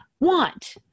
Want